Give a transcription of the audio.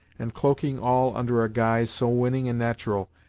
and cloaking all under a guise so winning and natural,